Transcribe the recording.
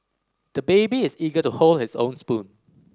the baby is eager to hold his own spoon